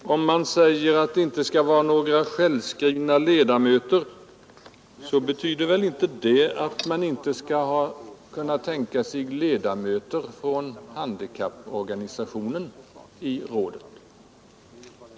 Säger man att det inte skall vara några självskrivna ledamöter, så betyder väl inte det att man inte skall kunna tänka sig ledamöter från handikapporganisationen i rådet.